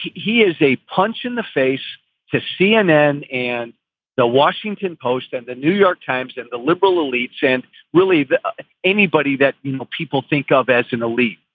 he is a punch in the face to cnn and the washington post and the new york times and the liberal elites and really anybody that you know people think of as an elite.